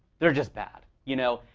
they're just bad. you know?